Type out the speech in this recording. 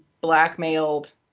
blackmailed